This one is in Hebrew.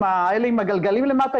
אלה עם הגלגלים למטה,